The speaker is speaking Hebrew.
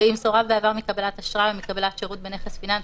ואם סורב בעבר מקבלת אשראי או מקבלת שירות בנכס פיננסי,